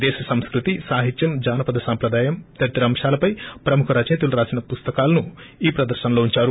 దేశ సంస్కృతి సాహిత్యం జానపద సాంప్రదాయం తదితర అంశాలపై ప్రముఖ రచయితలు రాసిన పుస్తకాలు ఈ ప్రదర్తనలో ఉంచారు